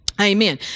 Amen